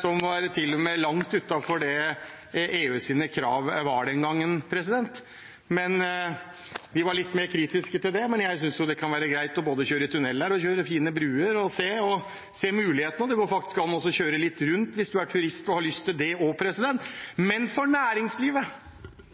som til og med var langt utenfor EUs krav den gangen. Vi var litt mer kritiske til det, men jeg synes jo det kan være greit å kjøre både i tunneler og på fine broer og å se mulighetene. Det går faktisk an også å kjøre litt rundt hvis man er turist og har lyst til det. Men for næringslivet